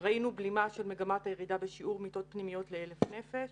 ראינו בלימה של מגמת הירידה בשיעור מיטות פנימיות ל-1,000 נפש,